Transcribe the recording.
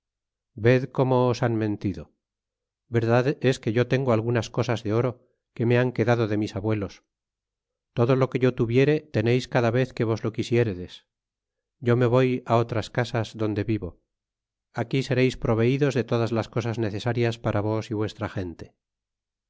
ved como os han mentido verdad es que yo tengo algunas cosas de oro que me han quedado de mis abuelos todo lo que yo tuviere teneis cada vez que vos sereis lo quisieredes yo me voy otras casas donde vivo aquí proveidos de todas les cosas necesarias para vos y vuestra gente